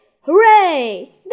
Hooray